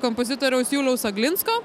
kompozitoriaus juliaus aglinsko